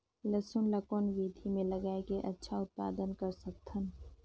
लसुन ल कौन विधि मे लगाय के अच्छा उत्पादन कर सकत हन?